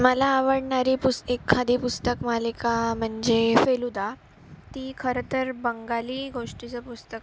मला आवडणारी पुस् एखादी पुस्तक मालिका म्हणजे फेलुदा ती खरं तर बंगाली गोष्टीचं पुस्तक